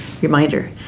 reminder